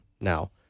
now